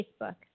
Facebook